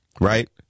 Right